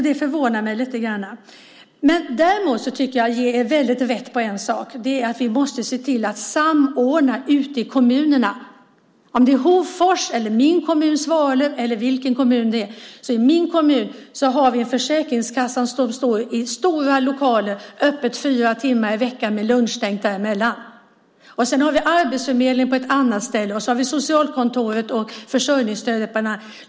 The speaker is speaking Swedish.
Det förvånar mig lite grann. Jag kan däremot ge er rätt på en punkt. Vi måste se till att samordna ute i kommunerna. Det gäller Hofors, min hemkommun Svalöv eller vilken kommun som helst. I min hemkommun har Försäkringskassan stora lokaler och håller öppet fyra timmar i veckan med lunchstängt där emellan. Arbetsförmedlingen ligger på ett annat ställe och socialkontoret och försörjningsstödet på ett tredje.